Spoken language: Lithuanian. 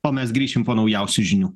o mes grįšim po naujausių žinių